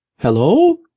Hello